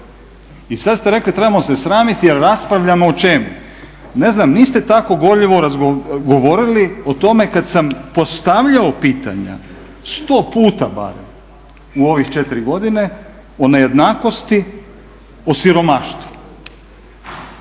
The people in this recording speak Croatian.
I sad ste rekli trebamo se sramiti jer raspravljamo o čemu? Ne znam, niste tako gorljivo govorili o tome kad sam postavljao pitanja sto puta barem u ovih četiri godine o nejednakosti, o siromaštvu.